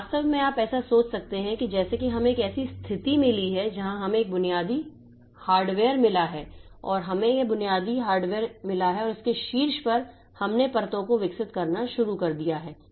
तो वास्तव में आप ऐसा सोच सकते हैं जैसे कि हमें एक ऐसी स्थिति मिली है जहाँ हमें यह बुनियादी हार्डवेयर मिला है हमें यह बुनियादी हार्डवेयर मिला है और इसके शीर्ष पर हमने परतों को विकसित करना शुरू कर दिया है